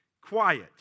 Quiet